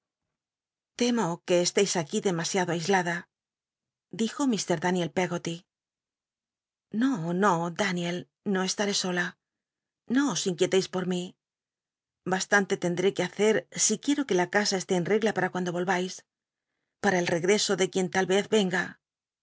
temo que estcis aquí demasiado aislada dijo lllr daniel peggoty no no daniel no estaré sola no os inquietcis j or mí bastante tendré que hacer si quiero que la casa esté en regla pam cuando volvais para el regreso de quien tal vez venga